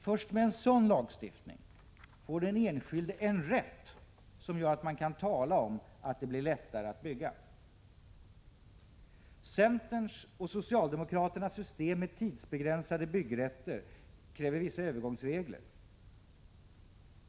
Först med en sådan lagstiftning får den enskilde en rätt som gör att man kan tala om att det blir lättare att bygga. Centerns och socialdemokraternas system med tidsbegränsade byggrätter kräver vissa övergångsregler.